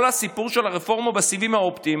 כל הסיפור של הרפורמה בסיבים האופטיים